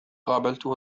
قابلته